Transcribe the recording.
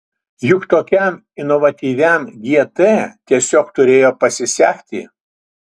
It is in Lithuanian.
juk tokiam inovatyviam gt tiesiog turėjo pasisekti